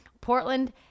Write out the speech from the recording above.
Portland